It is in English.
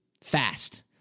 fast